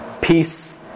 peace